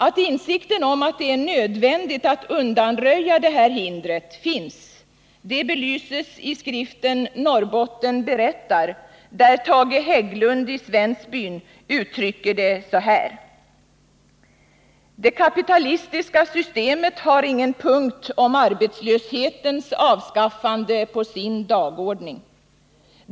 Att insikten om att det är nödvändigt att undanröja detta hinder finns belyses i skriften Norrbotten berättar, där Tage Hägglund i Svensbyn uttrycker det så här: Det kapitalistiska systemet har ingen punkt om arbetslöshetens avskaffande på sin dagordning.